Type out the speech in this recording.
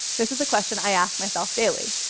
this is a question i ask myself daily.